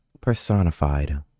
personified